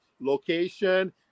location